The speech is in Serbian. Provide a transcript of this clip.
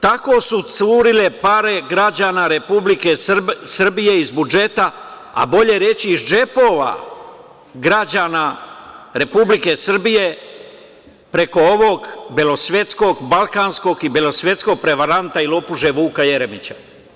Tako su curile pare građana Republike Srbije iz budžeta, a bolje reći iz džepova građana Republike Srbije, preko ovog belosvetskog balkanskog i belosvetskog prevaranta i lopuže Vuka Jeremića.